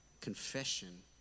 confession